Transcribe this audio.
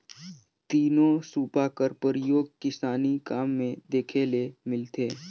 तीनो सूपा कर परियोग किसानी काम मे देखे ले मिलथे